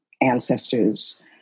ancestors